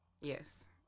Yes